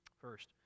First